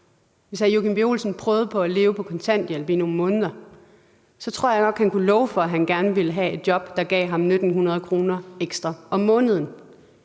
Hvis hr. Joachim B. Olsen prøvede at leve på kontanthjælp i nogle måneder, tror jeg nok, jeg kan love for, at han gerne ville have et job, der gav ham 1.900 kr. ekstra om måneden.